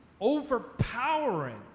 overpowering